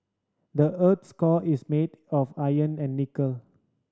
the earth core is made of iron and nickel